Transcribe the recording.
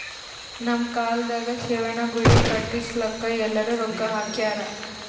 ನಮ್ ಕಾಲ್ದಾಗ ಶಿವನ ಗುಡಿ ಕಟುಸ್ಲಾಕ್ ಎಲ್ಲಾರೂ ರೊಕ್ಕಾ ಹಾಕ್ಯಾರ್